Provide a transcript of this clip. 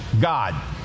God